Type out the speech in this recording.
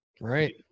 Right